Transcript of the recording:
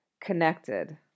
connected